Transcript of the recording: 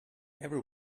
every